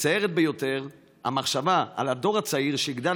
מצערת ביותר המחשבה על הדור הצעיר שיגדל